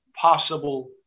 possible